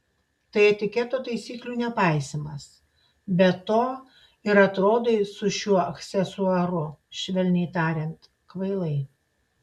tai etiketo taisyklių nepaisymas be to ir atrodai su šiuo aksesuaru švelniai tariant kvailai